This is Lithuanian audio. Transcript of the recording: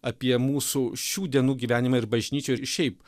apie mūsų šių dienų gyvenimą ir bažnyčioj ir šiaip